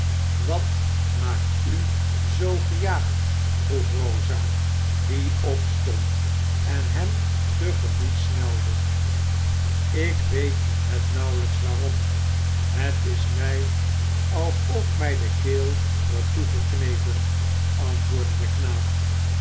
wat maakt u zoo gejaagd vroeg rosa die opstond en hem te gemoet snelde ik weet het nauwelijks waarom het is mij alsof mij de keel wordt toegeknepen antwoordde de knaap